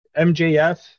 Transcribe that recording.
MJF